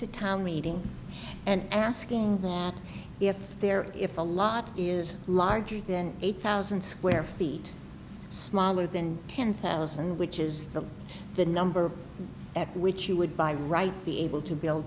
to town meeting and asking if there if a lot is larger than eight thousand square feet smaller than ten thousand which is the the number at which you would by right be able to b